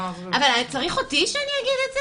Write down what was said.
אבל צריך אותי שאני אגיד את זה?